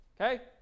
Okay